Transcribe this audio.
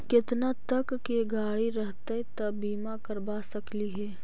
केतना तक के गाड़ी रहतै त बिमा करबा सकली हे?